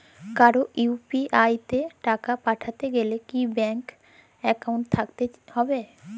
কারো ইউ.পি.আই তে টাকা পাঠাতে গেলে কি ব্যাংক একাউন্ট থাকতেই হবে?